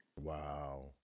Wow